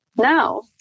No